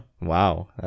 Wow